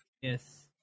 Yes